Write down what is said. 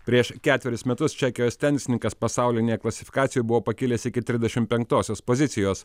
prieš ketverius metus čekijos tenisininkas pasaulinėj klasifikacijoj buvo pakilęs iki trisdešimt penktosios pozicijos